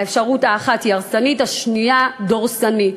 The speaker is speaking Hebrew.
האפשרות האחת היא הרסנית, השנייה דורסנית".